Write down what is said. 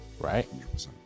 right